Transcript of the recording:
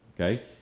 Okay